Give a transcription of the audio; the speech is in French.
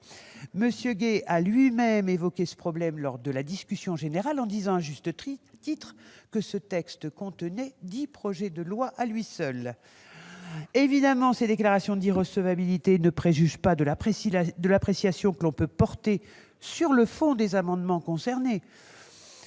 M. Gay a lui-même évoqué ce problème lors de la discussion générale en disant à juste titre que ce texte contenait dix projets de loi à lui tout seul ! Évidemment, ces déclarations d'irrecevabilité ne préjugent pas l'appréciation que l'on peut porter sur le fond des amendements concernés.